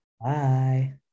Bye